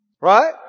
Right